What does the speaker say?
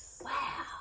wow